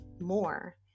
more